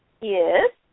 Yes